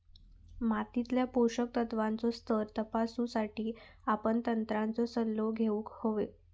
मातीतल्या पोषक तत्त्वांचो स्तर तपासुसाठी आपण तज्ञांचो सल्लो घेउक हवो